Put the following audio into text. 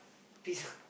peace